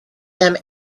them